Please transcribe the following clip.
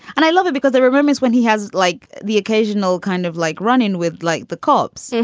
and i love it because it remembers when he has like the occasional kind of like run in with like the cops. yeah